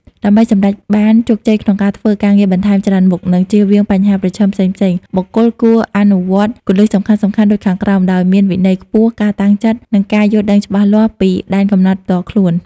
ដើម្បីសម្រេចបានជោគជ័យក្នុងការធ្វើការងារបន្ថែមច្រើនមុខ និងជៀសវាងបញ្ហាប្រឈមផ្សេងៗ បុគ្គលគួរអនុវត្តគន្លឹះសំខាន់ៗដូចខាងក្រោមដោយមានវិន័យខ្ពស់ ការតាំងចិត្ត និងការយល់ដឹងច្បាស់លាស់ពីដែនកំណត់ផ្ទាល់ខ្លួន។